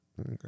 Okay